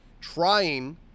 trying